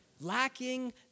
Lacking